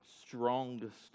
strongest